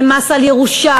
הם מס על ירושה,